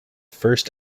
first